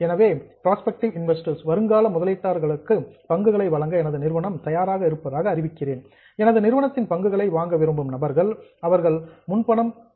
எனவே prospective investors வருங்கால முதலீட்டாளர்களுக்கு பங்குகளை வழங்க எனது நிறுவனம் தயாராக இருப்பதாக அறிவிக்கிறேன் எனது நிறுவனத்தின் பங்குகளை வாங்க விரும்பும் நபர்கள் அவர்கள் முன்வந்து எனக்கு பணம் கொடுப்பார்கள்